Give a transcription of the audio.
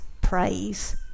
praise